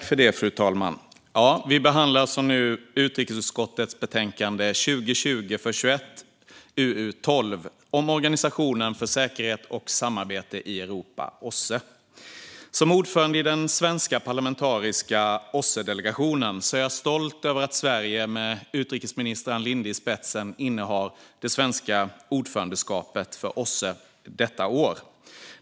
Fru talman! Vi behandlar nu utrikesutskottets betänkande 2020/21:UU12 om Organisationen för säkerhet och samarbete i Europa, OSSE. Som ordförande i den svenska parlamentariska OSSE-delegationen är jag stolt över att Sverige med utrikesminister Ann Linde i spetsen innehar ordförandeskapet för OSSE detta år.